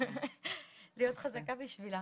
להיות חזקה בשבילה.